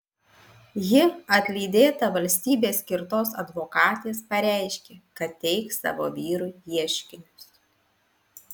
ji atlydėta valstybės skirtos advokatės pareiškė kad teiks savo vyrui ieškinius